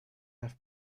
have